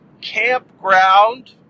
Campground